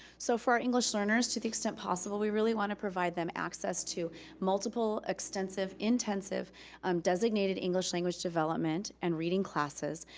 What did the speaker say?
so for our english learners, to the extent possible, we really want to provide them access to multiple extensive, intensive um designated english language development and reading classes,